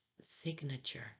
signature